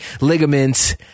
ligaments